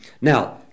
Now